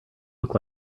look